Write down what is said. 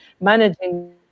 managing